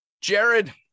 Jared